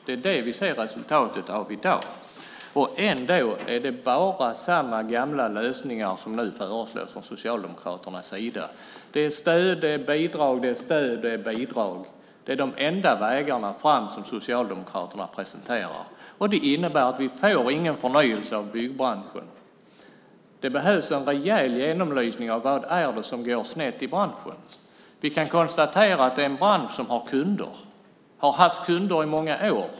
Det är det vi ser resultatet av i dag, och ändå är det bara samma gamla lösningar som nu föreslås från Socialdemokraternas sida. Det är stöd och bidrag, stöd och bidrag. Det är de enda vägarna fram som Socialdemokraterna presenterar, och det innebär att vi inte får någon förnyelse av byggbranschen. Det behövs en rejäl genomlysning av vad det är som går snett i branschen. Vi kan konstatera att det är en bransch som har kunder och har haft kunder i många år.